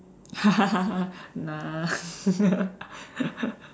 nah